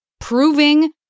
proving